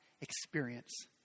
experience